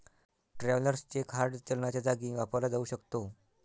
travellers cheque hard चलनाच्या जागी वापरला जाऊ शकतो